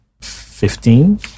Fifteen